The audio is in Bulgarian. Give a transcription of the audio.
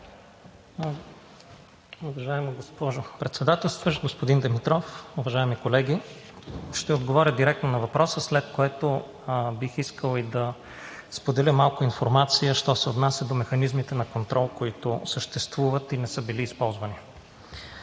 Уважаема госпожо Председателстващ, господин Димитров, уважаеми колеги! Ще отговоря директно на въпроса, след което бих искал и да споделя малко информация що се отнася до механизмите на контрол, които съществуват и не са били използвани.